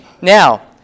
Now